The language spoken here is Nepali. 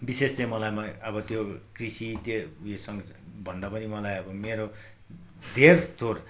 विशेष चाहिँ मलाई मै अब त्यो कृषि त्यो योसँग भन्दा पनि मलाई अब मेरो धेर थोर